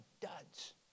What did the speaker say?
duds